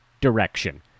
direction